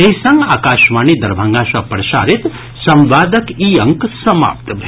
एहि संग आकाशवाणी दरभंगा सँ प्रसारित संवादक ई अंक समाप्त भेल